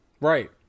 Right